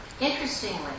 Interestingly